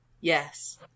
yes